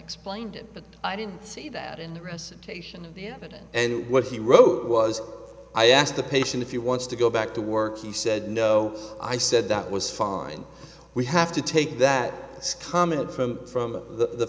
explained it but i didn't see that in the rest patient yeah and what he wrote was i asked the patient if you want to go back to work he said no i said that was fine we have to take that this comment from from the